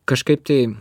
kažkaip tai